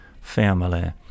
family